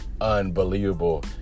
unbelievable